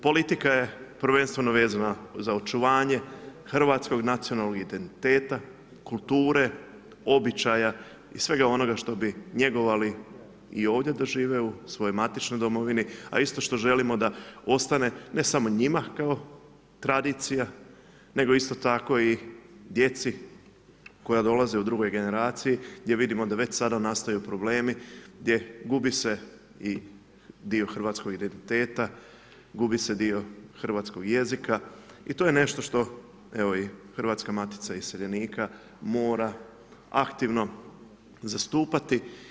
Politika je prvenstveno vezana za očuvanje hrvatskog nacionalnog identiteta, kulture, običaja i svega onoga što bi njegovali i ovdje da žive u svojoj matičnoj domovini, a isto što želimo da ostane, ne samo njima kao tradicija, nego isto tako i djeci koja dolaze u drugoj generaciji, gdje vidimo da već sada nastaju problemi gdje gubi se i dio hrvatskog identiteta, gubi se dio hrvatskog jezika i to je nešto što evo i Hrvatska Matica iseljenika mora aktivno zastupati.